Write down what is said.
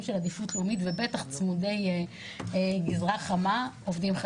של עדיפות לאומית ובטח צמודי גזרה חמה.